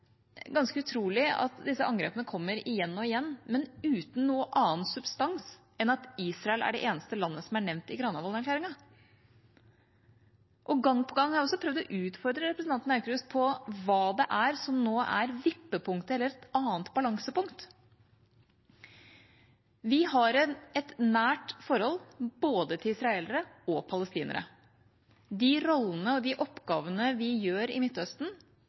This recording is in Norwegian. ganske utrolig at disse angrepene kommer igjen og igjen, men uten noen annen substans enn at Israel er det eneste landet som er nevnt i Granavolden-erklæringen. Gang på gang har jeg også prøvd å utfordre representanten Aukrust på hva det er som nå er vippepunktet eller et annet balansepunkt. Vi har et nært forhold både til israelere og til palestinere. De rollene og de oppgavene vi har i Midtøsten,